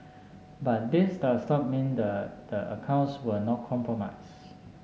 but this does not mean the the accounts were not compromised